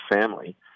family